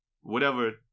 whatever-